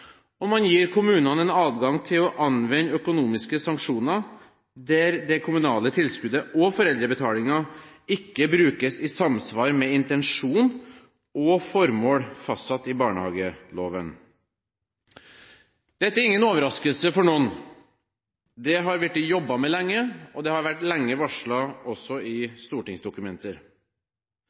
og man gir kommunene en adgang til å anvende økonomiske sanksjoner der det kommunale tilskuddet og foreldrebetalingen ikke brukes i samsvar med intensjon og formål fastsatt i barnehageloven. Dette er ingen overraskelse for noen, det har vært jobbet med lenge, og det har også vært varslet lenge i stortingsdokumenter.